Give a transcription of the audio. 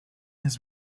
his